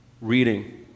reading